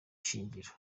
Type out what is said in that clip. shingiro